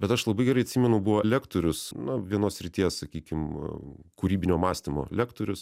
bet aš labai gerai atsimenu buvo lektorius na vienos srities sakykim kūrybinio mąstymo lektorius